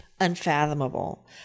unfathomable